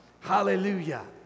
hallelujah